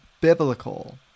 biblical